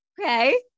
Okay